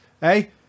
Hey